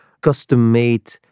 custom-made